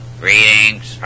greetings